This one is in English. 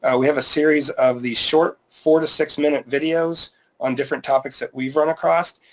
ah we have a series of the short four to six minute videos on different topics that we've run across,